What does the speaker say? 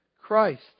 Christ